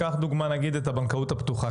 קח דוגמה נגיד את הבנקאות הפתוחה.